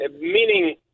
meaning